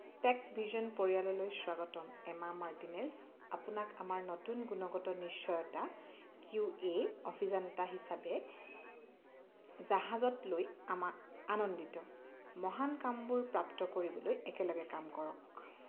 tech Vision পৰিয়াললৈ স্বাগতম Emma Martinez আপোনাক আমাৰ নতুন গুণগত নিশ্চয়তা কিউ এ অভিযন্তা হিচাপে জাহাজত লৈ আমাক আনন্দিত মহান কামবোৰ প্ৰাপ্ত কৰিবলৈ একেলগে কাম কৰক